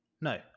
No